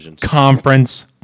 conference